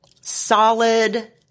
solid